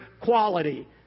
quality